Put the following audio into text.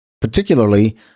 particularly